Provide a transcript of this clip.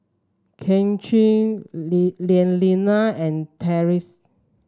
Kaycee Lee Lilianna and Tyreese